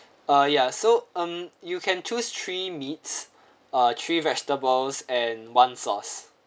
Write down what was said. ah ya so um you can choose three meats ah three vegetables and one sauce